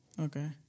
Okay